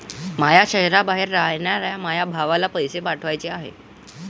माया शैहराबाहेर रायनाऱ्या माया भावाला पैसे पाठवाचे हाय